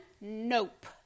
Nope